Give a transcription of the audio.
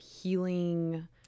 healing